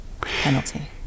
penalty